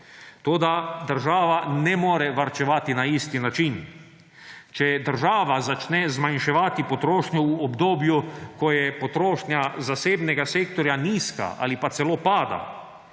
Toda država ne more varčevati na isti način. Če država začne zmanjševati potrošnjo v obdobju, ko je potrošnja zasebnega sektorja nizka ali pa celo pada,